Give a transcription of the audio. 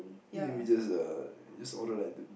then we just err we just order like the